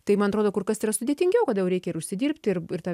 tai man atrodo kur kas yra sudėtingiau kada jau reikia ir užsidirbti ir ir ta